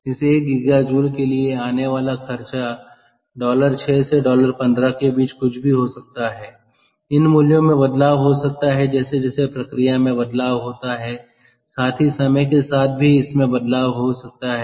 इस 1 GJ के लिए आने वाला खर्चा 6 से 15 के बीच कुछ भी हो सकता है इन मूल्यों में बदलाव हो सकता है जैसे जैसे प्रक्रिया में बदलाव होता है साथ ही समय के साथ भी इसमें बदलाव हो सकता है